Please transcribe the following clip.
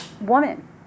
woman